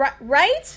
right